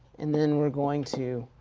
and then we're going to